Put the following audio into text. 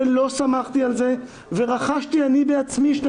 ולא סמכתי על זה ורכשתי אני בעצמי שני